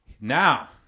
Now